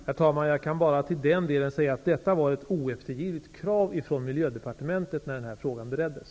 Herr talman! Jag kan bara säga att detta var ett oeftergivligt krav från Miljödepartementet när den här frågan bereddes.